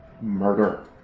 murder